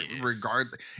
regardless